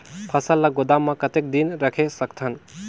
फसल ला गोदाम मां कतेक दिन रखे सकथन?